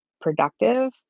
productive